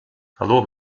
hallo